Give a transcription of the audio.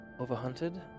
overhunted